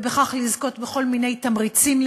ובכך לזכות בכל מיני תמריצים,